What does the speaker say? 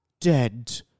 dead